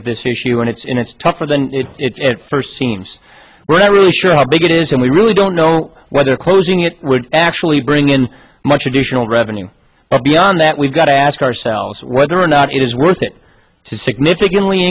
at this issue and it's in it's tougher than it first seems we're not really sure how big it is and we really don't know whether closing it would actually bring in much additional revenue but beyond that we've got to ask ourselves whether or not it is worth it to significantly